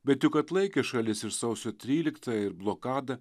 bet juk atlaikė šalis ir sausio tryliktąją ir blokadą